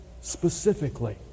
specifically